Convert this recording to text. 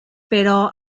però